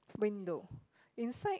window inside